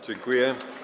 Dziękuję.